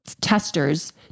testers